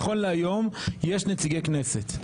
נכון להיום יש נציגי כנסת.